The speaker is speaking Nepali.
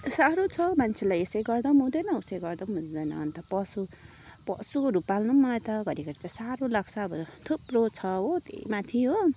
साह्रो छ मान्छेलाई यसै गर्दा हुँदैन उसै गर्दा नि हुँदैन अन्त पशु पशुहरू पाल्नु नि मलाई त घरिघरि त साह्रो लाग्छ अब थुप्रो छ हो त्यही माथि हो